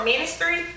ministry